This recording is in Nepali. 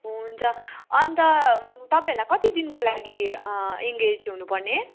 हुन्छ अन्त तपाईँहरूलाई कति दिनको लागि इन्गेज हुनुपर्ने